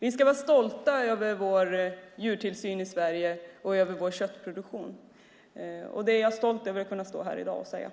Vi ska vara stolta över vår djurtillsyn i Sverige och över vår köttproduktion. Det är jag stolt över att kunna stå och säga här i dag.